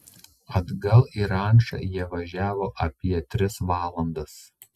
atgal į rančą jie važiavo apie tris valandas